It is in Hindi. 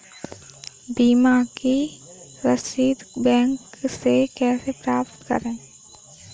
बीमा की रसीद बैंक से कैसे प्राप्त करें?